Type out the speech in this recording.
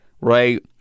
right